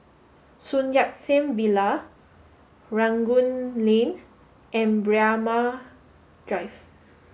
Sun Yat Sen Villa Rangoon Lane and Braemar Drive